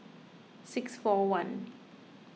six four one